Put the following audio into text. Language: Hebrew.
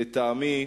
לטעמי,